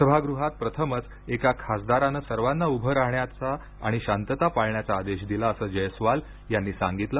सभागृहात प्रथमच एका खासदारानं सर्वांना उभे राहण्याचा आणि शांतता पाळण्याचा आदेश दिला असं जयस्वाल यांनी सांगितलं